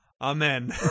Amen